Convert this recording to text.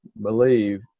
believe